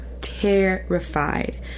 terrified